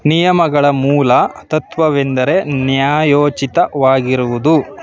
ನಿಯಮಗಳ ಮೂಲ ತತ್ತ್ವವೆಂದರೆ ನ್ಯಾಯೋಚಿತವಾಗಿರುವುದು